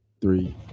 three